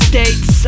States